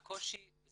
הקושי בזה